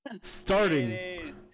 Starting